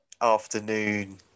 afternoon